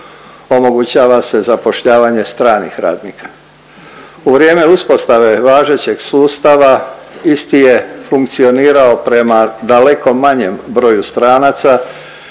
omogućava se zapošljavanje stranih radnika. U vrijeme uspostave važećeg sustava, isti je funkcionirao prema daleko manjem broju stranaca